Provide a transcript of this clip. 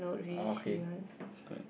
okay correct